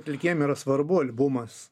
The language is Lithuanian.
atlikėjam yra svarbu albumas